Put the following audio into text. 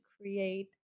create